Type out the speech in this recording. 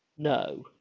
No